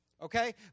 Okay